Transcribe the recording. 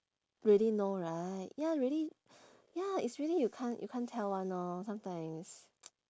really no right ya really ya it's really you can't you can't tell one lor sometimes